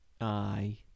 aye